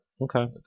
Okay